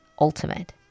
ultimate